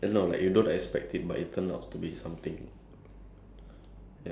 it's like you don't exp~ uh how to say uh like you expect it